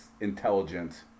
intelligent